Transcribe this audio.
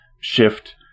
shift